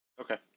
Okay